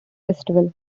festival